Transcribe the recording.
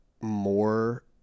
more